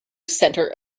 center